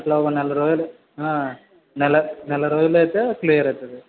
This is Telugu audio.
అట్లా ఒక నెల రోజులు నెల నెల రోజులు అయితే క్లియర్ అవుతుంది